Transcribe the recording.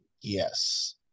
Yes